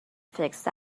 fixed